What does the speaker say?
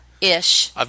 ish